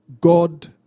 God